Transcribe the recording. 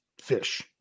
fish